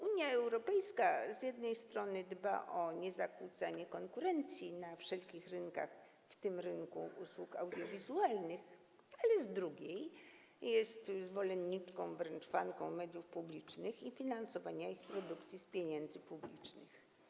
Unia Europejska z jednej strony dba o niezakłócanie konkurencji na wszelkich rynkach, w tym rynku usług audiowizualnych, ale z drugiej strony jest zwolenniczką, wręcz fanką, mediów publicznych i finansowania ich produkcji z pieniędzy publicznych.